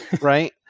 right